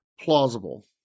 plausible